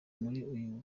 muri